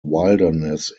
wilderness